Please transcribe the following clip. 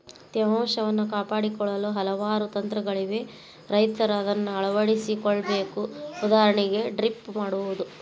ತೇವಾಂಶವನ್ನು ಕಾಪಾಡಿಕೊಳ್ಳಲು ಹಲವಾರು ತಂತ್ರಗಳಿವೆ ರೈತರ ಅದನ್ನಾ ಅಳವಡಿಸಿ ಕೊಳ್ಳಬೇಕು ಉದಾಹರಣೆಗೆ ಡ್ರಿಪ್ ಮಾಡುವುದು